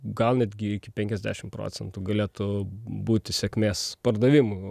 gal netgi iki penkiasdešim procentų galėtų būti sėkmės pardavimų